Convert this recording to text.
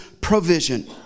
provision